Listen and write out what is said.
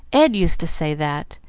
ed used to say that,